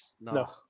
No